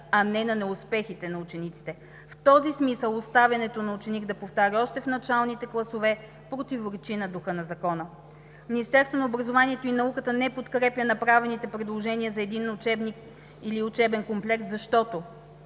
а не на неуспехите на учениците. В този смисъл оставянето на ученик да повтаря още в началните класове противоречи на духа на Закона. Министерството на образованието и науката не подкрепя направените предложения за един учебник или учебен комплект, защото